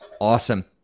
Awesome